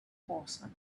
horsemen